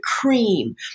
cream